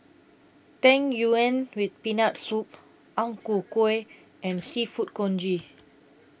Tang Yuen with Peanut Soup Ang Ku Kueh and Seafood Congee